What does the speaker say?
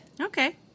Okay